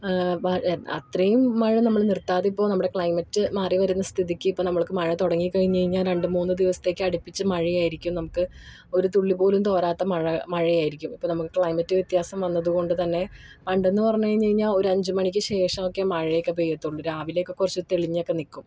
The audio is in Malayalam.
അത്രയും മഴ നമ്മൾ നിർത്താതെ ഇപ്പോൾ നമ്മുടെ ക്ലൈമറ്റ് മാറി വരുന്ന സ്ഥിതിക്ക് ഇപ്പോൾ നമ്മൾക്ക് മഴ തുടങ്ങി കഴിഞ്ഞ് കഴിഞ്ഞാൽ രണ്ട് മൂന്ന് ദിവസത്തേക്ക് അടുപ്പിച്ച് മഴയായിരിക്കും നമുക്ക് ഒരു തുള്ളി പോലും തോരാത്ത മഴ മഴയായിരിക്കും ഇപ്പം നമുക്ക് ക്ലൈമറ്റ് വ്യത്യാസം വന്നത് കൊണ്ടുതന്നെ പണ്ടെന്ന് പറഞ്ഞ് കഴിഞ്ഞ് കഴിഞ്ഞാൽ ഒരഞ്ച് മണിക്ക് ശേഷമൊക്കെ മഴയൊക്കെ പെയ്യത്തുള്ളു രാവിലെ ഒക്കെ കുറച്ച് തെളിഞ്ഞൊക്കെ നിൽക്കും